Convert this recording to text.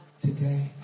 today